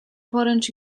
poręcz